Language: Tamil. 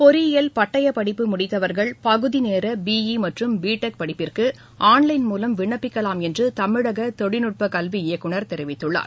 பொறியியல் பட்டயப்படிப்பு முடித்தவர்கள் பகுதிநேரபி இ மற்றும் பிடெக் படிப்பிற்குஆள் லைன் மூலம் விண்ணப்பிக்கலம் என்றுதமிழகதொழில்நுட்பகல்வி இயக்குனர் தெரிவித்துள்ளார்